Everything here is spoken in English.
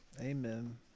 Amen